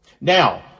Now